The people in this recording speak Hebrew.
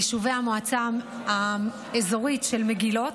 ביישובי המועצה האזורית מגילות,